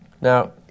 Now